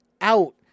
out